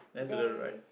there's